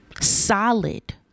solid